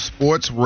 Sports